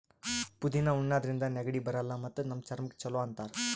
ಪುದಿನಾ ಉಣಾದ್ರಿನ್ದ ನೆಗಡಿ ಬರಲ್ಲ್ ಮತ್ತ್ ನಮ್ ಚರ್ಮಕ್ಕ್ ಛಲೋ ಅಂತಾರ್